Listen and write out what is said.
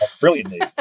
brilliantly